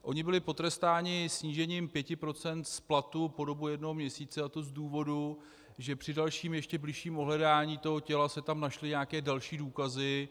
Oni byli potrestáni snížením pěti procent z platu po dobu jednoho měsíce, a to z důvodu, že při dalším, ještě bližším ohledání toho těla se tam našly nějaké další důkazy.